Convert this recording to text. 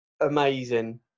amazing